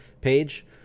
page